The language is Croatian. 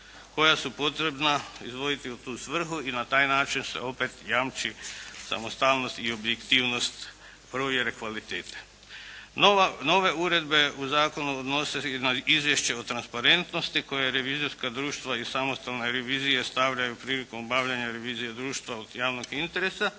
koja su potrebna izdvojiti u tu svrhu i na taj način se opet jamči samostalnost i objektivnost provjere kvalitete. Nove uredbe u zakonu odnose i na izvješće o transparentnosti koje revizorska društva i samostalne revizije stavljaju prilikom bavljenja revizije društva od javnog interesa,